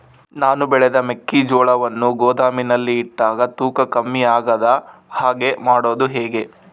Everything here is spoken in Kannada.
ನಾನು ಬೆಳೆದ ಮೆಕ್ಕಿಜೋಳವನ್ನು ಗೋದಾಮಿನಲ್ಲಿ ಇಟ್ಟಾಗ ತೂಕ ಕಮ್ಮಿ ಆಗದ ಹಾಗೆ ಮಾಡೋದು ಹೇಗೆ?